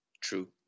True